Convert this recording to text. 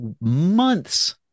months